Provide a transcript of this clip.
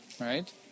Right